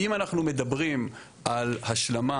אם אנחנו מדברים על השלמה,